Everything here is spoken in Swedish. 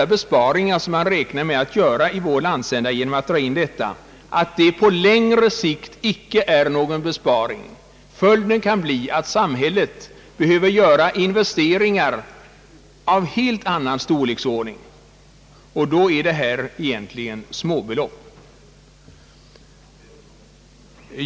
De besparingar som man räknar med att göra genom denna indragning i vår landsända blir kanske på längre sikt icke någon vinst, utan samhället kan tvingas till stödinvesteringar av en helt annan storleksordning, i jämförelse med vilka de nu väntade besparingarna är småbelopp.